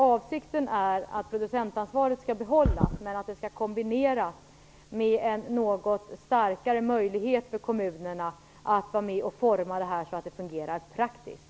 Avsikten är att producentansvaret skall behållas men att det skall kombineras med en något starkare möjlighet för kommunerna att vara med och forma detta så att det fungerar praktiskt.